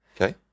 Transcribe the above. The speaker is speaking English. okay